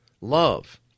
love